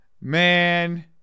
Man